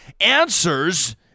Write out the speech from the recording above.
answers